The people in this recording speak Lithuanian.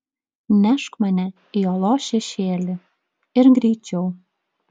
nešk mane į uolos šešėlį ir greičiau